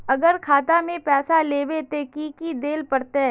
अगर खाता में पैसा लेबे ते की की देल पड़ते?